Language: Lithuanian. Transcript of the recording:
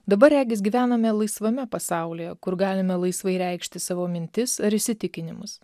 dabar regis gyvename laisvame pasaulyje kur galime laisvai reikšti savo mintis ar įsitikinimus